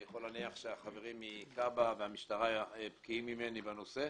אני יכול להניח שהחברים מכב"ה והמשטרה בקיאים ממני בנושא.